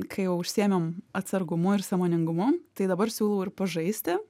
kai jau užsiėmėm atsargumu ir sąmoningumu tai dabar siūlau ir pažaisti